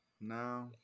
No